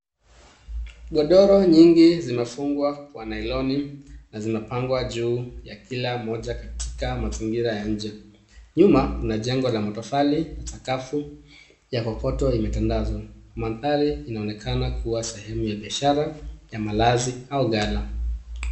Godoro nyingi zimefungwa kwa nailoni na zimepangwa juu ya kila moja katika mazingira ya nje. Nyuma , kuna jengo la matofali na sakafu ya kokoto imetandazwa. Mandhari inaonekana kuwa sehemu ya biashara ya malazi au gala.